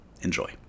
Enjoy